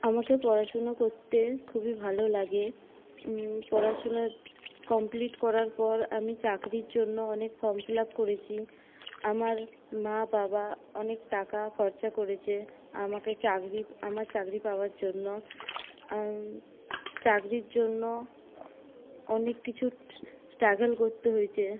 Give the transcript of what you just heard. আমাকে পড়াশুনো করতে খুবই ভালো লাগে পড়াশোনা কমপ্লিট করার পর আমি চাকরির জন্য অনেক ফর্ম ফিল আপ করেছি আমার মা বাবা অনেক টাকা খরচা করেছে আমাকে চাকরি আমার চাকরি পাওয়ার জন্য চাকরির জন্য অনেক কিছু স্ট্রাগল করতে হয়েছে